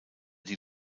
die